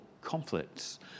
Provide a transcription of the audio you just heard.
conflicts